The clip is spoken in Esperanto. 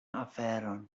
aferon